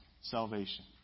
salvation